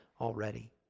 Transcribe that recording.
already